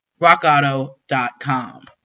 RockAuto.com